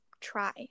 try